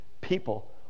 people